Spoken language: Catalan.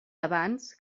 abans